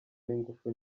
n’ingufu